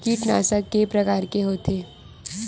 कीटनाशक के प्रकार के होथे?